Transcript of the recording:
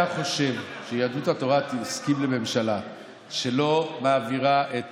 אתה חושב שיהדות התורה תסכים לממשלה שלא מעבירה את